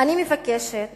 אני מבקשת